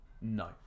no